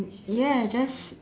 ya just